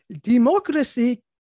Democracy